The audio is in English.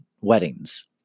Weddings